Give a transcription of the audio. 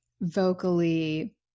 vocally